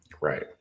right